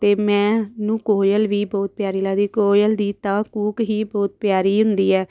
ਅਤੇ ਮੈਂਨੂੰ ਕੋਇਲ ਵੀ ਬਹੁਤ ਪਿਆਰੀ ਲੱਗਦੀ ਕੋਇਲ ਦੀ ਤਾਂ ਕੂਕ ਹੀ ਬਹੁਤ ਪਿਆਰੀ ਹੁੰਦੀ ਹੈ